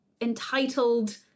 entitled